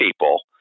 people